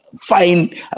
fine